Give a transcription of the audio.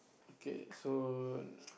okay so